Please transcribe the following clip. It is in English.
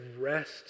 rest